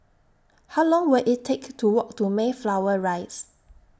How Long Will IT Take to Walk to Mayflower Rise